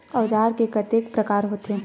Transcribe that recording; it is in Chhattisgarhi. औजार के कतेक प्रकार होथे?